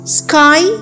sky